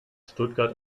stuttgart